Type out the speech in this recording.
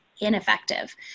ineffective